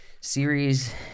Series